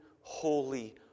holy